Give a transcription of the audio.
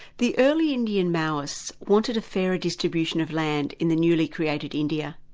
the early indian maoists wanted a fairer distribution of land in the newly created india.